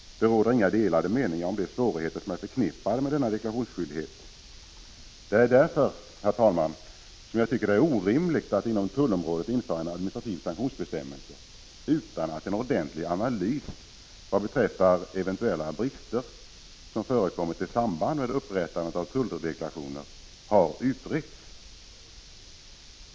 Det råder inga delade meningar om de 11 december 1985 svårigheter som är förknippade med denna deklarationsskyldighet. Det är därför, herr talman, som jag tycker att det är orimligt att inom tullområdet införa en administrativ sanktionsbestämmelse utan att en ordentlig analys vad beträffar eventuella brister som förekommit i samband med upprättandet av tulldeklarationen har utretts.